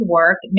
work